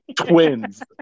twins